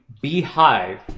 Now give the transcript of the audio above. beehive